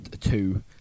two